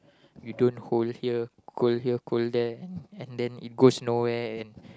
you don't hold here cold here cold there and then it goes no where